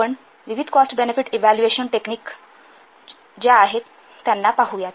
आपण विविध cost benefit evaluation technique आहेत आपण त्यांना पाहुयात